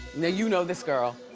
now you know this girl.